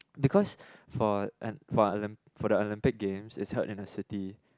because for an for the Olympic Games is held in a city